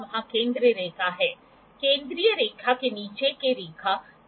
यहाँ भी एंगल को सीधे केवल दो क्वाड्रंटों में पढ़ा जा सकता है अर्थात् दूसरा और चौथा ठीक है